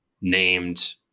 named